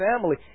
family